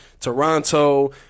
Toronto